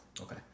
Okay